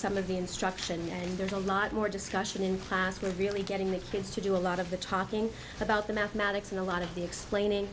some of the instruction and there's a lot more discussion in class we're really getting the kids to do a lot of the talking about the mathematics and a lot of the explaining